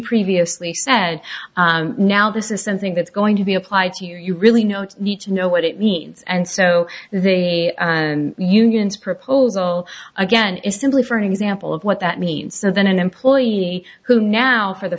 previously said now this is something that's going to be applied to you you really not need to know what it means and so they and you union's proposal again is simply for an example of what that means so then an employee who now for the